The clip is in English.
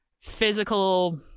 physical